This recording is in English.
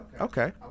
Okay